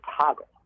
toggle